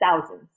thousands